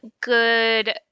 good